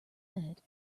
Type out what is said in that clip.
ahmed